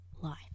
life